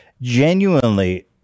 genuinely